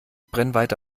brennweite